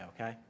okay